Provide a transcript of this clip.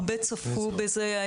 הרבה צפו בזה.